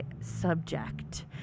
subject